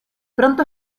pronto